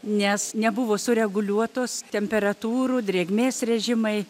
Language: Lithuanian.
nes nebuvo sureguliuotos temperatūrų drėgmės režimai